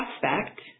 prospect